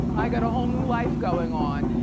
i got a whole new life going on.